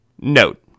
Note